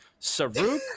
Saruk